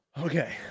okay